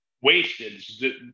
wasted